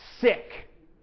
sick